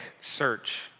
search